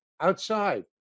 outside